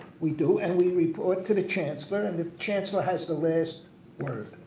we do and we report to the chancellor and the chancellor has the last word.